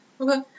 Okay